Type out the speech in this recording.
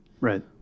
Right